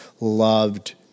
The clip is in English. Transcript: loved